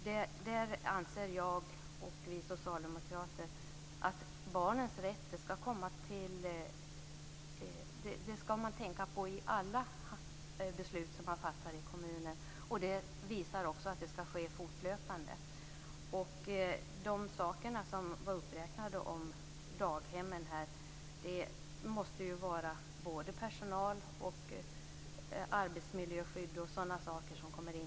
Där anser jag och övriga socialdemokrater att man skall tänka på barnens rätt i alla beslut som man fattar i kommunen. Det visar också att det skall ske fortlöpande. När det gäller sådana saker som Owe Hellberg räknade upp i fråga om daghem måste både personal och arbetsmiljöskydd m.m. komma in.